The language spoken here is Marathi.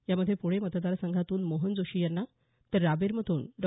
यामध्ये प्णे मतदार संघातून मोहन जोशी यांना तर रावेरमधून डॉ